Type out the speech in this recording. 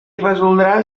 resoldrà